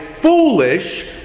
foolish